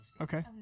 Okay